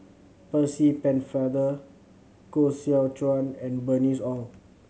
Percy Pennefather Koh Seow Chuan and Bernice Ong